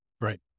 right